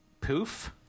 poof